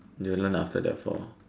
they will learn after their fall